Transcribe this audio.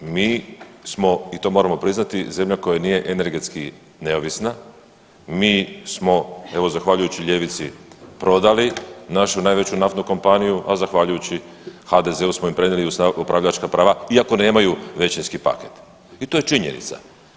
Mi smo i to moramo priznati zemlja koje nije energetski neovisna, mi smo evo zahvaljujući ljevici prodali našu najveću naftnu kompaniju, a zahvaljujući HDZ-u smo je prenijeli u … upravljačka prava iako nemaju većinski paket i to je činjenica.